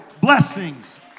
blessings